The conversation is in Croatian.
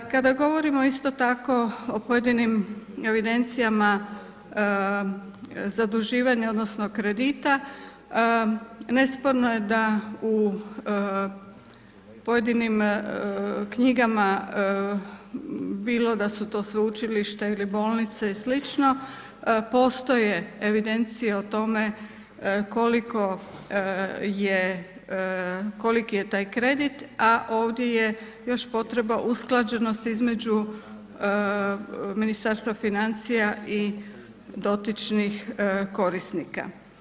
Kada govorimo isto tako o pojedinim evidencijama zaduživanja odnosno kredita, nesporno je da u pojedinim knjigama, bilo da su to sveučilišta ili bolnice i slično, postoje evidencije o tome koliko je, koliki je taj kredit, a ovdje je još potreba usklađenosti između Ministarstva financija i dotičnih korisnika.